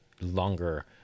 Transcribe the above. longer